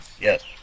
Yes